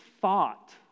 thought